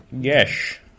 Yes